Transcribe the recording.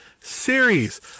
series